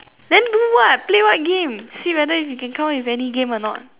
then play what play what game see whether you can come out with any game or not